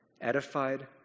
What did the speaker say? edified